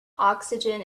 oxygen